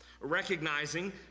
recognizing